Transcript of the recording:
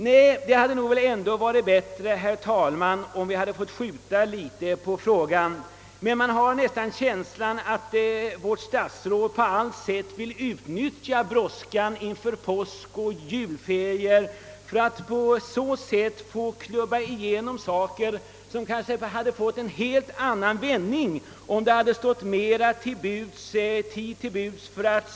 Nej, det hade nog varit bättre, herr talman, om vi hade fått skjuta litet på frågan. Man har nästan en känsla av att kommunikationsministern på allt sätt vill utnyttja brådskan inför påskoch julferier för att klubba igenom saker, som kanske hade fått en helt annan vändning, om mera tid hade stått till buds att ingående diskutera dem.